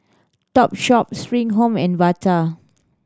Topshop Spring Home and Bata